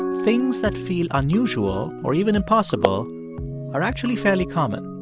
things that feel unusual or even impossible are actually fairly common.